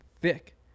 thick